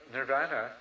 Nirvana